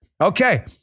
Okay